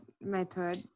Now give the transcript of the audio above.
method